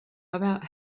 about